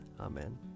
Amen